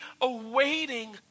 awaiting